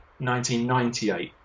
1998